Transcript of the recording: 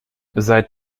seit